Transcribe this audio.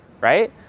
right